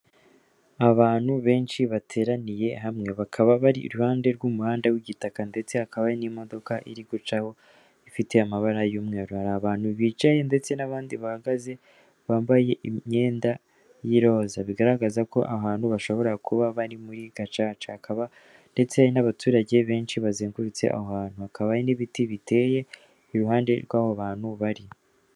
Abantu benshi bateraniye hamwe. Bakaba bari iruhande rw'umuhanda w'igitaka ndetse hakaba n'imodoka iri gucaho, ifite amabara y'umweru. Hari abantu bicaye ndetse n'abandi bahagaze, bambaye imyenda y'iroza. Bigaragaza ko aba bantu bashobora kuba bari muri gacaca. Hakaba ndetse n'abaturage benshi bazengurutse aho hantu. Hakaba hari n'ibiti biteye, ku ruhande rw'aho abo bantu bari.